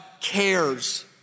cares